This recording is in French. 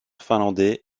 finlandais